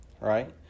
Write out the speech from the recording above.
right